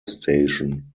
station